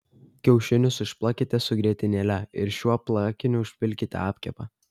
kiaušinius išplakite su grietinėle ir šiuo plakiniu užpilkite apkepą